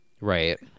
right